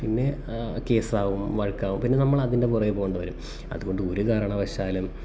പിന്നെ കേസാകും വഴക്കാകും പിന്നെ നമ്മളതിൻ്റെ പുറകേ പോകേണ്ടി വരും അതു കൊണ്ടൊരു കാരണവശാലും